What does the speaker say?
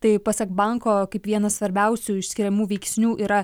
tai pasak banko kaip vienas svarbiausių išskiriamų veiksnių yra